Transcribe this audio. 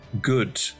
Good